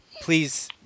please